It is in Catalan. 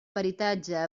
peritatge